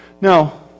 Now